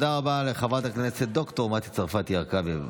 תודה רבה לחברת הכנסת ד"ר מטי צרפתי הרכבי.